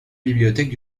bibliothèque